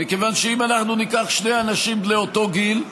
מכיוון שאם אנחנו ניקח שני אנשים בני אותו גיל,